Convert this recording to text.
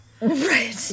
Right